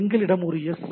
எங்களிடம் ஒரு எஸ்